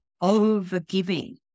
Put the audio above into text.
over-giving